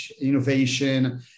innovation